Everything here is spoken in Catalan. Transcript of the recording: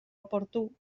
oportú